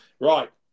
Right